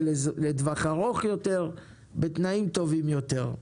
לטווח ארוך יותר ובתנאים טובים יותר.